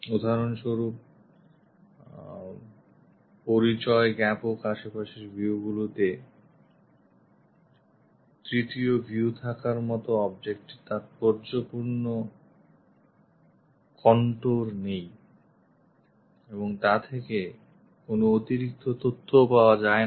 উদাহরণস্বরূপ পরিচয়জ্ঞাপক আশপাশের view গুলিতে তৃতীয় view থাকার মত object এর তাৎপর্যপূর্ণ সমোন্নত রেখা বা contour নেই এবং তা থেকে কোন অতিরিক্ত তথ্যও পাওয়া যায় না